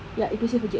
ya inclusive of G_S_T